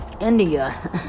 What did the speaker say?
india